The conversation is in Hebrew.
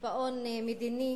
בקיפאון מדיני